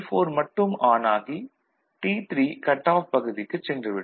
T4 மட்டும் on ஆகி T3 cut off பகுதிக்குச் சென்றுவிடும்